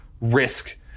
risk